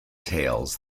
tales